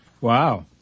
Wow